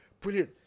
Brilliant